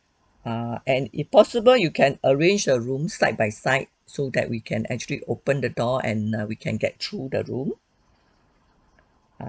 uh and if possible you can arrange a room side by side so that we can actually open the door and err we can get through the room